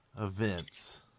events